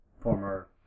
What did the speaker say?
Former